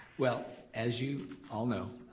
well as you all know,